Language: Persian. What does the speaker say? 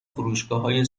فروشگاههای